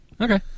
Okay